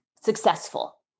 successful